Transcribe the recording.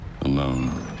alone